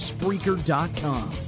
Spreaker.com